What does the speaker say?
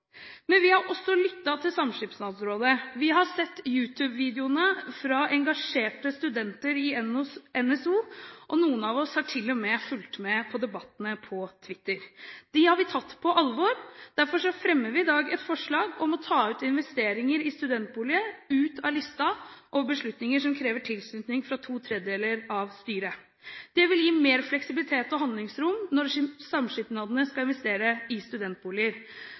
Men vi har også lyttet til Samskipnadsrådet. Vi har sett You Tube-videoene fra engasjerte studenter i NSO, og noen av oss har til og med fulgt med på debattene på Twitter. De har vi tatt på alvor. Derfor fremmer vi i dag et forslag om å ta investeringer i studentboliger ut av listen over beslutninger som krever tilslutning av to tredjedeler av styret. Det vil gi mer fleksibilitet og handlingsrom når samskipnadene skal investere i studentboliger.